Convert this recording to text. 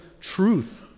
truth